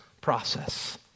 process